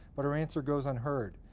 but her answer goes unheard.